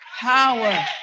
Power